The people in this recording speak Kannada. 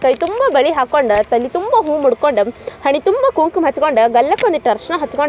ಕೈ ತುಂಬ ಬಳೆ ಹಾಕ್ಕೊಂಡು ತಲೆ ತುಂಬ ಹೂ ಮುಡ್ಕೊಂಡು ಹಣೆ ತುಂಬ ಕುಂಕುಮ ಹಚ್ಕೊಂಡು ಗಲ್ಲಕ್ಕೊಂದಿಷ್ಟ್ ಅರಿಶ್ಣ ಹಚ್ಕೊಂಡು